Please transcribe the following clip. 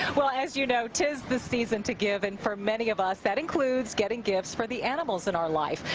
well, as you know, tis the season to give. and for many of us, that includes getting gifts for the animals in our life.